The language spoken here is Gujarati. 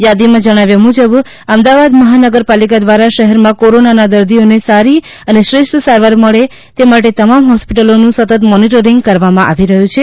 યાદીમાં જણાવાયા મુજબ અમદાવાદ મહાનગર પાલિકા દ્વારા શહેરમાં કોરોનના દર્દીઓને સારી અને શ્રેષ્ઠ સારવાર મળે તે માટે તમામ હોસ્પિટલો નું સતત મોનીટરીંગ કરવામાં આવી રહ્યું છે